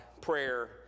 prayer